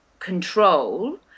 control